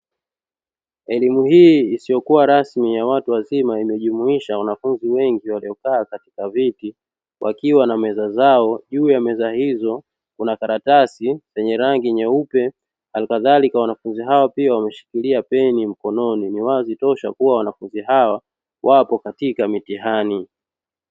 Elimu hii isiyokuwa rasmi ya watu wazima imejumuisha wanafunzi wengi waliokaa katika viti wakiwa na meza zao, juu ya meza hizo kuna karatasi zenye rangi nyeupe halikadhalika wanafunzi hawa pia wameshikilia peni mkononi ni wazi tosha kuwa wanafunzi hawa wapo katika mitihani.